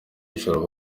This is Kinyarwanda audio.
ijoro